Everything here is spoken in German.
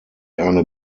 eine